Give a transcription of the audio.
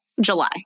July